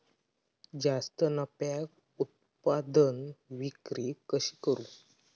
जास्त नफ्याक उत्पादन विक्री कशी करू?